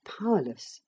powerless